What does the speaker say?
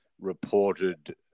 reported